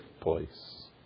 place